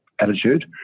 attitude